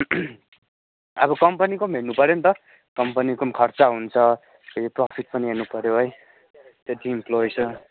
अब कम्पनीको पनि हेर्नुपर्यो नि त कम्पनीको पनि खर्चा हुन्छ फेरि प्रोफिट पनि हेर्नुपर्यो है त्यति इम्प्लोइ छ